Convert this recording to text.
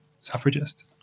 suffragist